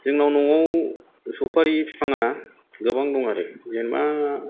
जोंना न'आव सफारि बिफाङा गोबां दं आरो जेनेबा